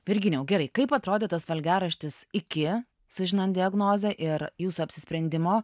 virginijau gerai kaip atrodo tas valgiaraštis iki sužinant diagnozę ir jūsų apsisprendimo